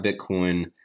Bitcoin